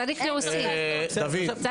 דוד, לתשומת ליבך.